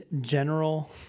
general